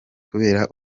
kubera